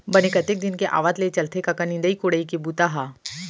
बने कतेक दिन के आवत ले चलथे कका निंदई कोड़ई के बूता ह?